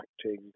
acting